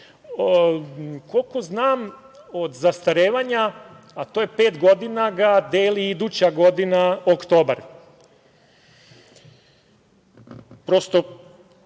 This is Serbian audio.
Koliko znam, od zastarevanja, a to je pet godina, ga deli iduća godina oktobar. Prosto,